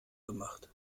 gemacht